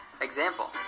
Example